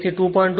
તેથી 2